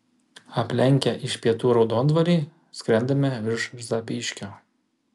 aplenkę iš pietų raudondvarį skrendame virš zapyškio